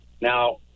Now